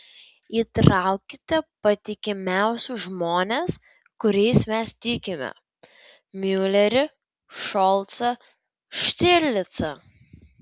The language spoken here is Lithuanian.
įtraukite patikimiausius žmones kuriais mes tikime miulerį šolcą štirlicą